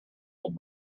old